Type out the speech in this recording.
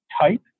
type